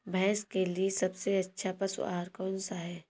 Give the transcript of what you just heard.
भैंस के लिए सबसे अच्छा पशु आहार कौन सा है?